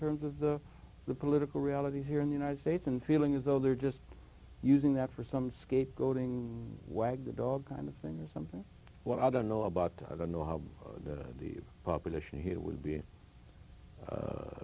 terms of the the political realities here in the united states and feeling as though they're just using that for some scapegoating wag the dog kind of thing is something what i don't know about i don't know how the population here would be